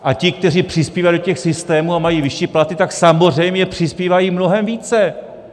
A ti, kteří přispívají do těch systémů a mají vyšší platy, tak samozřejmě přispívají mnohem více!